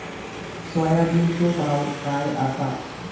सोयाबीनचो भाव काय आसा?